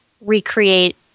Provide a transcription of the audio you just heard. recreate